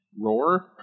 Roar